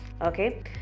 okay